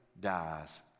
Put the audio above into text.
dies